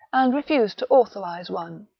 and refused to authorize one.